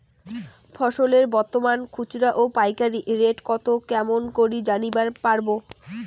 ফসলের বর্তমান খুচরা ও পাইকারি রেট কতো কেমন করি জানিবার পারবো?